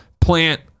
plant